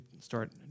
start